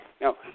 Now